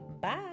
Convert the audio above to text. bye